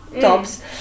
tops